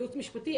יעוץ משפטי,